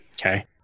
Okay